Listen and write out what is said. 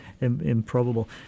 improbable